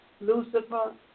Lucifer